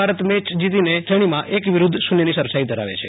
ભોરત પ્રથમ મેય જીતીને શ્રેણીમાં એક વિરુદ્ધ શૂ ન્યની સરસાઈ ધરાવે છે